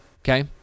okay